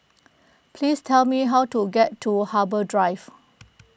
please tell me how to get to Harbour Drive